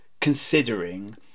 considering